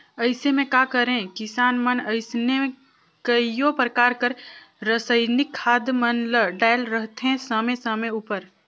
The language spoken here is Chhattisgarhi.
अइसे में का करें किसान मन अइसने कइयो परकार कर रसइनिक खाद मन ल डालत रहथें समे समे उपर